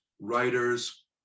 writers